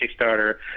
Kickstarter